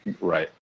Right